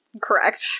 correct